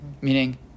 meaning